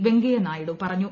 വെങ്കയ്യനായിഡു പറഞ്ഞു